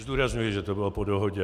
Zdůrazňuji, že to bylo po dohodě.